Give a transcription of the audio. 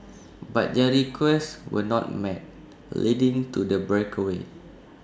but their requests were not met leading to the breakaway